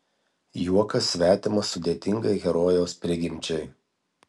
juokas svetimas sudėtingai herojaus prigimčiai